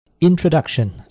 Introduction